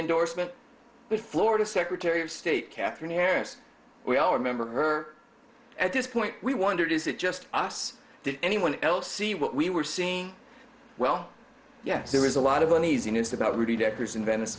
endorsement but florida secretary of state katherine harris we all remember her at this point we wondered is it just us did anyone else see what we were seeing well yes there is a lot of uneasiness about rudi dekkers in venice